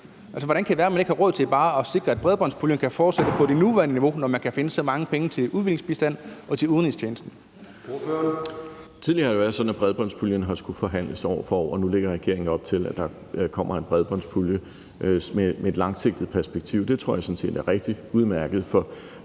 Hvordan kan det være, at man ikke har råd til bare at sikre, at bredbåndspuljen kan fortsætte på det nuværende niveau, når man kan finde så mange penge til udviklingsbistand og til udenrigstjenesten? Kl. 09:24 Formanden (Søren Gade): Ordføreren. Kl. 09:24 Benny Engelbrecht (S): Tidligere har det været sådan, at bredbåndspuljen har skullet forhandles år for år, og nu lægger regeringen op til, at der kommer en bredbåndspulje med et langsigtet perspektiv. Det tror jeg sådan set er rigtig udmærket